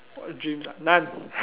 what dreams ah none